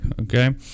Okay